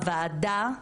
הוועדה,